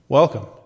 Welcome